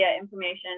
information